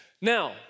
Now